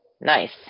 nice